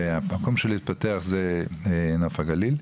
המקום של להתפתח זה נוף הגליל,